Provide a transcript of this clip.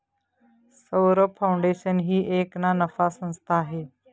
Saurabh foundation ही एक ना नफा संस्था आहे